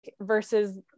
versus